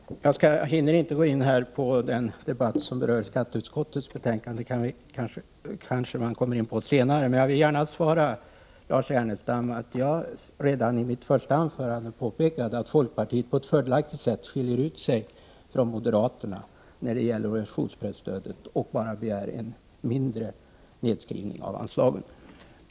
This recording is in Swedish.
Herr talman! Jag hinner inte gå in på en debatt om skatteutskottets betänkande — vi kommer kanske in på det senare. Jag vill emellertid gärna svara Lars Ernestam att jag redan i mitt första anförande påpekade att folkpartiet på ett fördelaktigt sätt skiljer ut sig från moderaterna när det gäller organisationstidskriftsstödet, där de bara begär en mindre nedskrivning av anslaget.